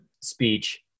speech